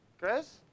Chris